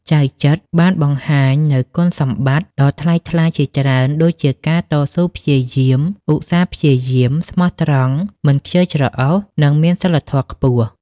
ចៅចិត្របានបង្ហាញនូវគុណសម្បត្តិដ៏ថ្លៃថ្លាជាច្រើនដូចជាការតស៊ូព្យាយាម ឧស្សាហ៍ព្យាយាម ស្មោះត្រង់ មិនខ្ជិលច្រអូស និងមានសីលធម៌ខ្ពស់។